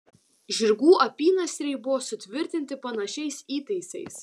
žirgų apynasriai buvo sutvirtinti panašiais įtaisais